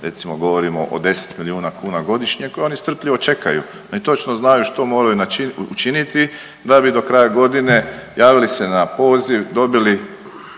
recimo govorimo o 10 milijuna kuna godišnje koji oni strpljivo čekaju. Oni točno znaju što moraju učiniti da bi do kraja godine javili se na poziv, dobili